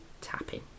tapping